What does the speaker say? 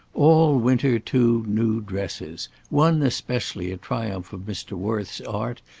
all winter two new dresses, one especially a triumph of mr. worth's art,